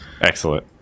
Excellent